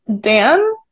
Dan